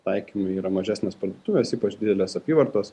taikymai yra mažesnės parduotuvės ypač didelės apyvartos